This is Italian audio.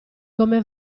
come